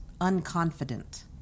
unconfident